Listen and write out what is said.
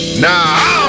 Nah